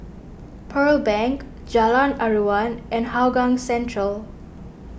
Pearl Bank Jalan Aruan and Hougang Central